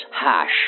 hash